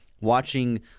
watching